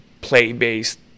play-based